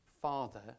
father